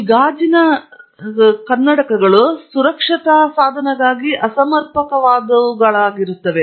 ಈ ಗಾಜಿನ ಎರಡು ಅಂಶಗಳು ಸುರಕ್ಷತಾ ಸಾಧನವಾಗಿ ಅಸಮರ್ಪಕವಾದವುಗಳಾಗಿರುತ್ತವೆ